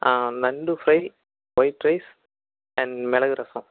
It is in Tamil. நண்டு fry white rice and milagu rasam